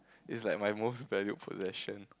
is like my most valued possession